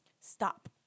Stop